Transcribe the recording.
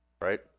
right